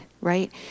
right